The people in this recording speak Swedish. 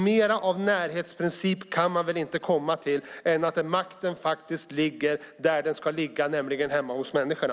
Mer av närhetsprincip kan man väl inte komma till än att makten faktiskt ligger där den ska ligga, nämligen hemma hos människorna.